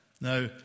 now